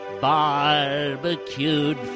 barbecued